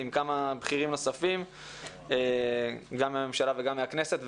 גם בכירים נוספים גם מהממשלה וגם מהכנסת,